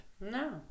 No